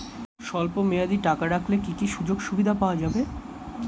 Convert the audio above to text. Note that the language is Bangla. স্বল্পমেয়াদী টাকা রাখলে কি কি সুযোগ সুবিধা পাওয়া যাবে?